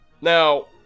Now